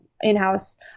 in-house